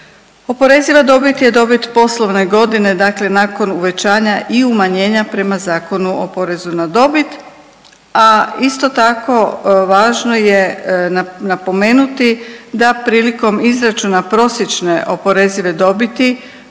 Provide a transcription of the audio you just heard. Oporeziva dobit je dobit poslovne godine, dakle nakon uvećanja i umanjenja prema Zakonu o porezu na dobit, a isto tako važno je napomenuti da prilikom izračuna prosječne oporezive dobiti